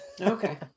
Okay